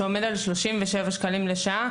ועומד על כ-37 שקלים לשעה,